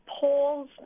polls